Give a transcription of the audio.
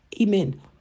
Amen